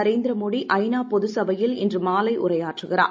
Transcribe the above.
நரேந்திர மோடி ஐ நா பொது சபையில் இன்று மாலை உரையாற்றுகிறார்